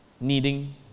needing